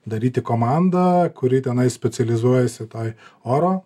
daryti komandą kuri tenai specializuojasi toj oro